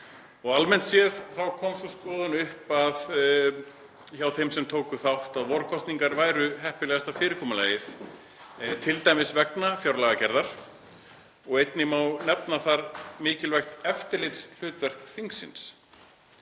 Almennt séð þá kom sú skoðun upp hjá þeim sem tóku þátt að vorkosningar væru heppilegasta fyrirkomulagið, t.d. vegna fjárlagagerðar og einnig má nefna þar mikilvægt eftirlitshlutverk þingsins